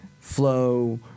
flow